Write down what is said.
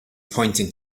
pointing